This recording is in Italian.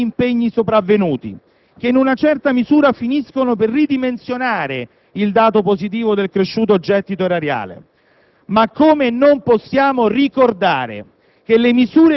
Non nascondiamo l'impatto di tali impegni sopravvenuti che, in certa misura, finiscono per ridimensionare il dato positivo del cresciuto gettito erariale.